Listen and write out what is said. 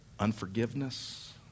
Unforgiveness